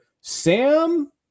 Sam